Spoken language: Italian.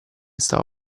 stava